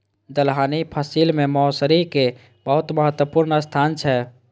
दलहनी फसिल मे मौसरी के बहुत महत्वपूर्ण स्थान छै